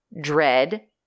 dread